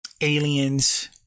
Aliens